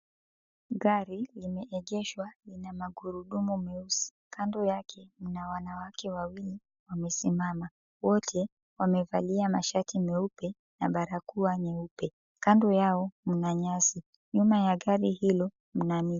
Gari limeegeshwa lina magurudumu meusi kando yake kuna wanawake wawili wamesimama wote wamevalia mashati meupe na barakoa nyeupe, kando yao mna nyasi, nyuma ya gari hilo mna miti.